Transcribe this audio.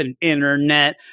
internet